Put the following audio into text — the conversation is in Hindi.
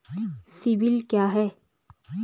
सिबिल क्या है?